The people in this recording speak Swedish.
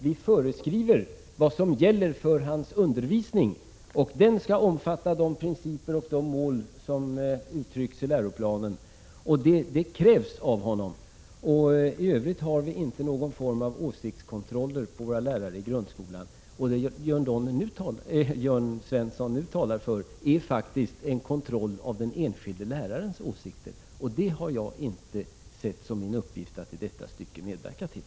Vi föreskriver vad som gäller för hans undervisning. Den skall omfatta de principer och de mål som uttrycks i 29 läroplanen. Detta krävs av honom. I övrigt har vi inte någon form av åsiktskontroll på våra lärare i grundskolan. Det Jörn Svensson nu talar för är faktiskt en kontroll av den enskilde lärarens åsikter, och det har jag inte sett som min uppgift att i detta stycke medverka till.